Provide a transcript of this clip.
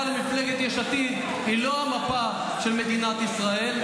למפלגת יש עתיד היא לא המפה של מדינת ישראל,